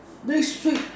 next week